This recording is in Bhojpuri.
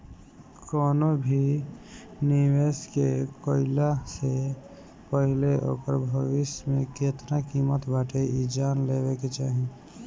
कवनो भी निवेश के कईला से पहिले ओकर भविष्य में केतना किमत बाटे इ जान लेवे के चाही